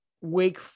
wake